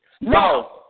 No